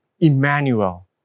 Emmanuel